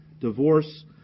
divorce